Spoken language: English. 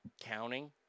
counting